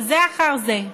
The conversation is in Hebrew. בזה אחר זה.